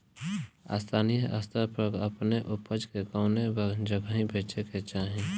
स्थानीय स्तर पर अपने ऊपज के कवने जगही बेचे के चाही?